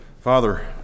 Father